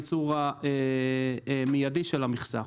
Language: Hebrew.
הייצור המיידי של המכסה.